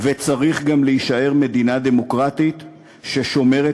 וצריך גם להישאר מדינה דמוקרטית ששומרת